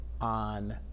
on